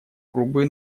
грубые